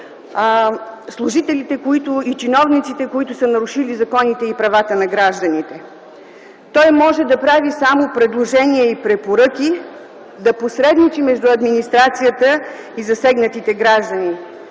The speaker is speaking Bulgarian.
служителите и чиновниците, които са нарушили законите и правата на гражданите. Той може да прави само предложения и препоръки, да посредничи между администрацията и засегнатите граждани.